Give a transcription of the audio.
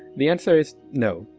the answer is no,